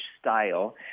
style